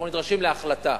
אנחנו נדרשים להחלטה,